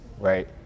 right